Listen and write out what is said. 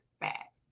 back